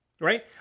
right